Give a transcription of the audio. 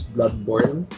Bloodborne